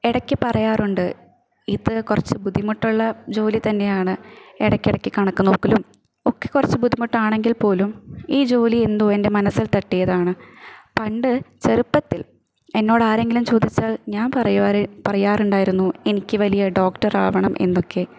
ഇടയ്ക്ക് പറയാറുണ്ട് ഇത് കുറച്ച് ബുദ്ധിമുട്ടുള്ള ജോലി തന്നെയാണ് ഇടക്കിടയ്ക്ക് കണക്ക് നോക്കലും ഒക്കെ കുറച്ച് ബുദ്ധിമുട്ടാണെങ്കിൽ പോലും ഈ ജോലി എന്തോ എൻ്റെ മനസ്സിൽ തട്ടിയതാണ് പണ്ട് ചെറുപ്പത്തിൽ എന്നോട് ആരെങ്കിലും ചോദിച്ചാൽ ഞാൻ പറയുവാര് പറയാറുണ്ടായിരുന്നു എനിക്ക് വലിയ ഡോക്ടറാവണം എന്നൊക്കെ